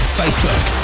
facebook